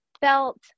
felt